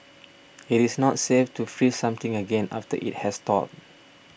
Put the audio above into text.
it is not safe to freeze something again after it has thawed